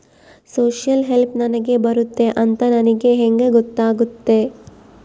Social help ನನಗೆ ಬರುತ್ತೆ ಅಂತ ನನಗೆ ಹೆಂಗ ಗೊತ್ತಾಗುತ್ತೆ?